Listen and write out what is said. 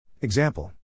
Example